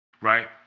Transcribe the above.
right